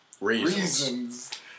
reasons